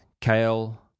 Kale